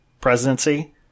presidency